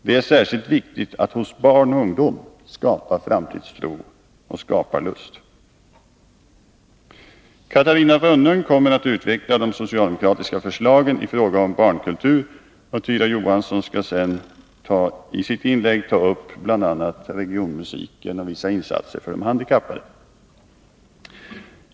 Det är särskilt viktigt att hos barn och ungdom skapa framtidstro och skaparlust. Catarina Rönnung kommer att utveckla de socialdemokratiska förslagen i fråga om barnkultur. Tyra Johansson skall i sitt inlägg ta upp bl.a. regionmusiken och vissa insatser för de handikappade.